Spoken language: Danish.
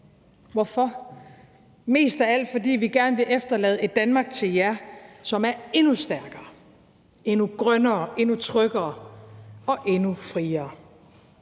Hvorfor? Mest af alt, fordi vi gerne vil efterlade et Danmark til jer, som er endnu stærkere, endnu grønnere, endnu tryggere og endnu friere.